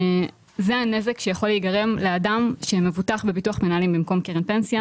זה הנזק שיכול להיגרם לאדם שמבוטח בביטוח מנהלים במקום קרן פנסיה.